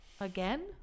Again